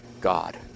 God